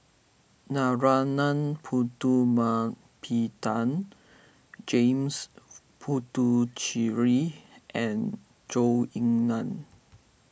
Narana Putumaippittan James Puthucheary and Zhou Ying Nan